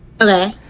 Okay